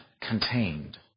contained